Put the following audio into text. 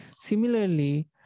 Similarly